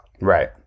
Right